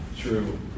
True